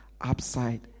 upside